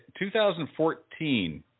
2014